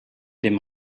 dem